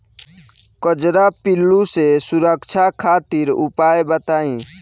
कजरा पिल्लू से सुरक्षा खातिर उपाय बताई?